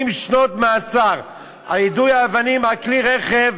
שנות מאסר על יידוי אבנים על כלי רכב,